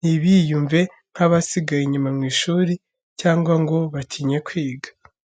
ntibiyumve nk’abasigaye inyuma mu ishuri cyangwa ngo batinye kwiga.